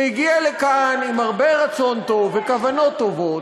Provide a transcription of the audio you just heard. שהגיע לכאן עם הרבה רצון טוב וכוונות טובות,